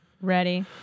Ready